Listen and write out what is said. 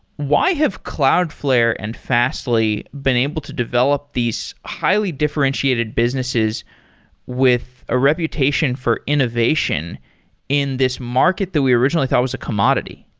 why have cloudflare and fastly been able to develop these highly differentiated businesses with a reputation for innovation in this market that we originally thought was a commodity?